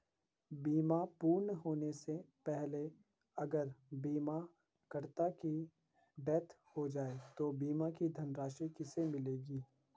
बीमा पूर्ण होने से पहले अगर बीमा करता की डेथ हो जाए तो बीमा की धनराशि किसे मिलेगी?